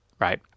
Right